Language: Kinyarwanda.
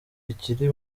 ikiri